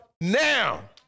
now